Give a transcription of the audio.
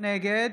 נגד